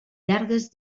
llargues